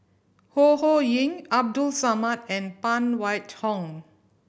Ho Ho Ying Abdul Samad and Phan Wait Hong